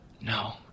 No